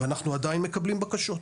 ואנחנו עדיין מקבלים בקשות.